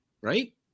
Right